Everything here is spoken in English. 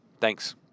Thanks